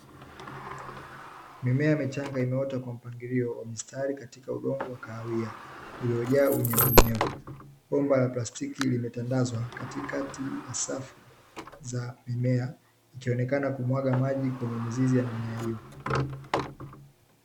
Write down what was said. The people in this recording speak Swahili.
Mimea michanga imeota kwa mpangilio wa mistari katika udongo wa kahawia uliojaa unyevuunyevu. Bomba la plastiki limetandazwa katikati ya safu za mimea, ikionekana kumwaga maji kwenye mizizi ya mimea hiyo.